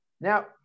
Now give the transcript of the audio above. Now